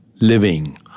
living